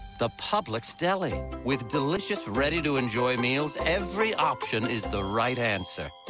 the publix deli. with delicious, ready to enjoy meals. every option is the right answer.